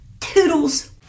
Toodles